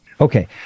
Okay